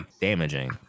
damaging